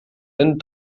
den